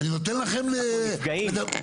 אנחנו נפגעים.